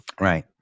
Right